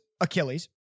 Achilles